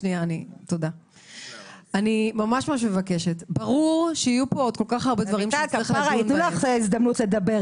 ברור שיהיו פה המון דברים.